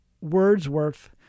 Wordsworth